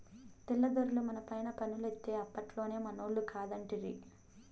తెల్ల దొరలు మనపైన పన్నులేత్తే అప్పట్లోనే మనోళ్లు కాదంటిరి